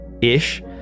ish